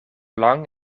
lang